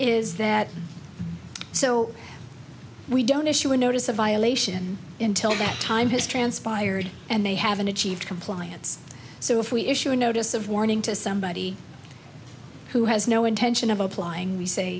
is that so we don't issue a notice a violation intil that time has transpired and they haven't achieved compliance so if we issue a notice of warning to somebody who has no intention of applying we say